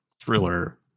thriller